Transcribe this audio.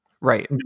right